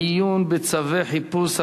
עיון בצווי חיפוש),